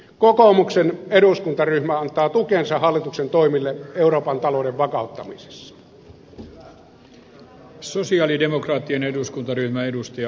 kokoomuksen eduskuntaryhmä antaa tukensa hallituksen toimille euroopan talouden vakauttamisessa